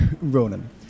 Ronan